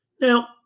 Now